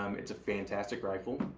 um it's a fantastic rifle.